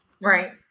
Right